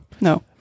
No